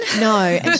No